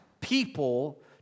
people